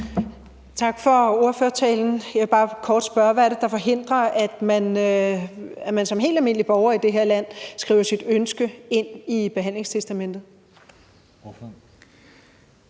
Tak for ordførertalen. Jeg vil bare kort spørge: Hvad er det, der forhindrer, at man som helt almindelig borger i det her land skriver sit ønske ind i behandlingstestamentet?